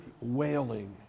wailing